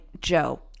joe